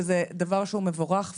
וזה דבר שהוא מבורך,